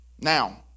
Now